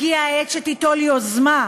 הגיעה העת שתיטול יוזמה.